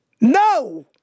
No